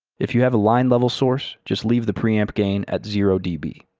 if you have a line level source, just leave the preamp gain at zero db.